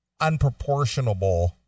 unproportionable